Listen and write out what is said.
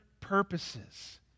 purposes